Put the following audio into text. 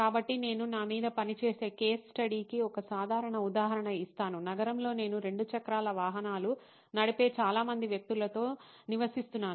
కాబట్టి నేను నా మీద పనిచేసిన కేస్ స్టడీకి ఒక సాధారణ ఉదాహరణ ఇస్తాను నగరంలో నేను 2 చక్రాల వాహనాలు నడిపే చాలా మంది వ్యక్తులతో నివసిస్తున్నాను